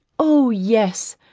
oh yes,